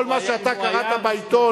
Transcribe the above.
שאתה קראת בעיתון,